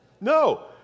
No